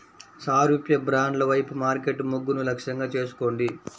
సారూప్య బ్రాండ్ల వైపు మార్కెట్ మొగ్గును లక్ష్యంగా చేసుకోండి